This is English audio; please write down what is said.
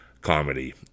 comedy